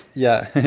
yeah,